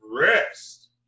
rest